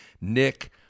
Nick